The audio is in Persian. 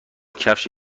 کفش